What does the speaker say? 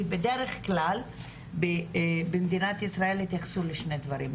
כי בדרך כלל במדינת ישראל התייחסו לשני דברים,